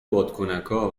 بادکنکا